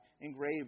engraved